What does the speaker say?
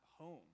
home